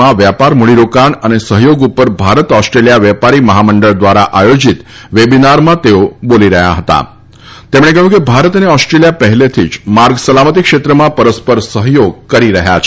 માં વ્યાપાર મૂડીરોકાણ અને સહયોગ ઉપર ભારત ઓસ્ટ્રેલિયા વેપારી મહામંડળ દ્વારા આયોજિત વેબિનારમાં સંબોધન કરતાં શ્રી ગડકરીએ કહ્યું કે ભારત અને ઓસ્ટ્રેલિયા પહેલાંથી જ માર્ગ સલામતી ક્ષેત્રમાં પરસ્પર સહયોગ કરી રહ્યાં છે